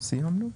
סיימנו?